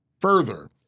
further